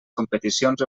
competicions